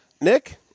Nick